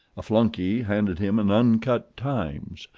a flunkey handed him an uncut times,